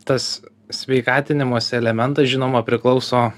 tas sveikatinimosi elementas žinoma priklauso